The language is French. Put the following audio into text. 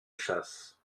chasse